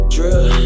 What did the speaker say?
Drill